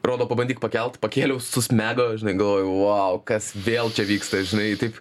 rodo pabandyk pakelt pakėliau susmego žinai galvoju vau kas vėl čia vyksta žinai taip